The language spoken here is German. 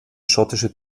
schottische